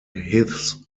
his